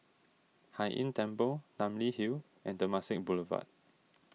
Hai Inn Temple Namly Hill and Temasek Boulevard